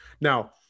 Now